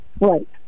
Right